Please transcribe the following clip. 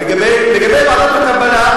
לגבי ועדת הקבלה,